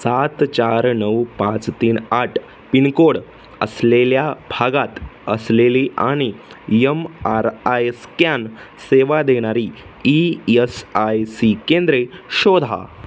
सात चार नऊ पाच तीन आठ पिनकोड असलेल्या भागात असलेली आणि यम आर आय स्कॅन सेवा देणारी ई यस आय सी केंद्रे शोधा